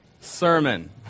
sermon